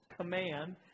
command